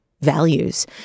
values